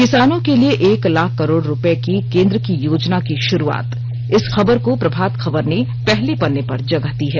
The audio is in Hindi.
किसानों के लिए एक लाख करोड़ रूपये की केन्द्र की योजना की शुरूआत इस खबर को प्रभात खबर ने पहले पन्ने पर जगह दी है